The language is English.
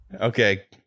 Okay